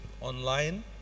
online